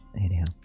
anyhow